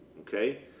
Okay